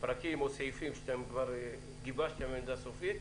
פרקים או סעיפים שכבר גיבשתם עמדה סופית,